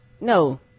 no